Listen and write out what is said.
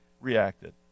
reacted